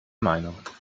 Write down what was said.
meinung